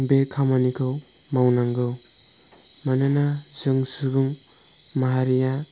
बे खामानिखौ मावनांगौ मानोना जों सुबुं माहारिया